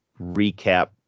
recap